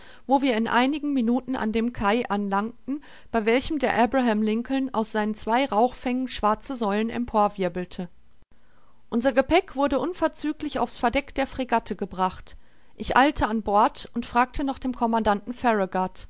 wo wir in einigen minuten an dem quai anlangten bei welchem der abraham lincoln aus seinen zwei rauchfängen schwarze säulen emporwirbelte unser gepäck wurde unverzüglich auf's verdeck der fregatte gebracht ich eilte an bord und fragte nach dem commandanten